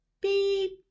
Beep